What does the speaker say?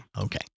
Okay